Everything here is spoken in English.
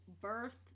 birth